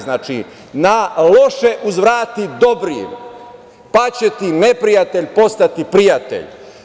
Znači, na loše uzvrati dobrim, pa će ti neprijatelj postati prijatelj.